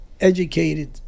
educated